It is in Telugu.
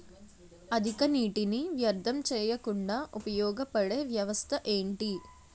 అధిక నీటినీ వ్యర్థం చేయకుండా ఉపయోగ పడే వ్యవస్థ ఏంటి